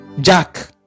Jack